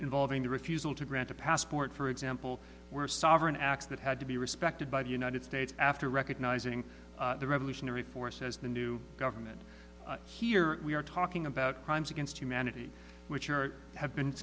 involving the refusal to grant a passport for example were sovereign acts that had to be respected by the united states after recognizing the revolutionary force as the new government here we are talking about crimes against humanity which have been